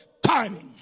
timing